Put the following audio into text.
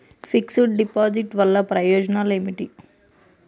Fix డ్ deposit వల్ల ప్రయోజనాలు ఏమిటి?